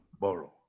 borrow